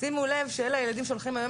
שימו לב שאלה הילדים שהולכים היום